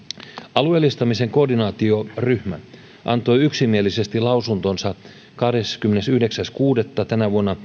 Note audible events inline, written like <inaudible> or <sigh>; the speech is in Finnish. alueellistamisen koordinaatioryhmä antoi yksimielisesti kahdeskymmenesyhdeksäs kuudetta tänä vuonna <unintelligible>